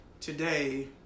today